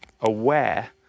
aware